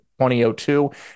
2002